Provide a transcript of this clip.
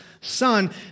son